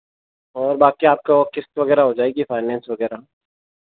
और बाकी आपका किश्त वगैरह हो जाएगी फ़ाइनैन्स वगैरह